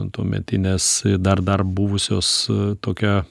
ant tuomedinės dar dar buvusios tokia